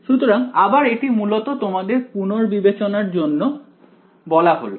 সুতরাং আবার এটি মূলত তোমাদের পুনর্বিবেচনার জন্য বলা হলো